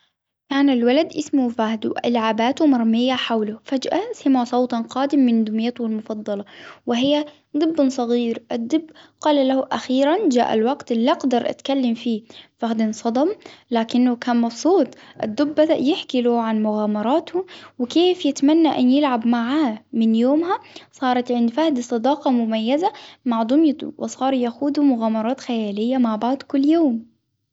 كان الولد اسمه فادو العاباته مرمية حوله فجأة سمع صوتا قادم من دميته المفضلة وهي دب صغير الدب قال له اخيرا جاء الوقت اللي اقدر اتكلم فيه فقد انصدمت لكنه كان مفروض الدب بدأ يحكي له عن مغامراته وكيف يتمنى ان معه من يومها صارت عند فهد صداقة مميزة مع دمياط وصار يخوض مغامرات خيالية مع بعض كل يوم